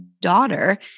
daughter